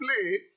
play